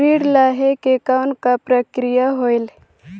ऋण लहे के कौन का प्रक्रिया होयल?